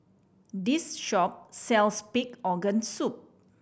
this shop sells pig organ soup